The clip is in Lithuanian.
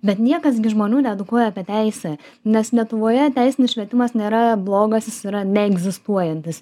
bet niekas gi žmonių needukuoja apie teisę nes lietuvoje teisinis švietimas nėra blogas jis yra neegzistuojantis